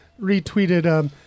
retweeted